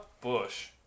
Bush